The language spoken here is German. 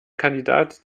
kandidat